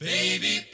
Baby